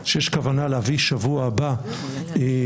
שיש כוונה להביא כבר בשבוע הבא לקריאה